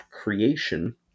creation